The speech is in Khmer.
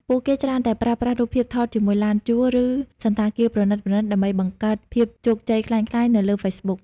ពួកគេច្រើនតែប្រើប្រាស់រូបភាពថតជាមួយឡានជួល ឬសណ្ឋាគារប្រណីតៗ ដើម្បីបង្កើត "ភាពជោគជ័យក្លែងក្លាយ" នៅលើ Facebook។